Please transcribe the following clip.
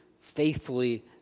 faithfully